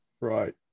right